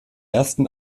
ersten